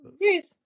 Yes